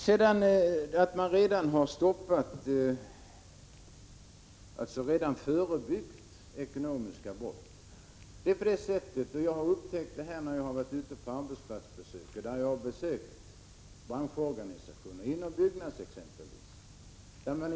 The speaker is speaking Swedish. Beträffande att man redan har stoppat eller förebyggt ekonomiska brott är det på följande sätt — det har jag upptäckt när jag har besökt arbetsplatser och Prot. 1985/86:134 branschorganisationer inom byggnadsbranschen.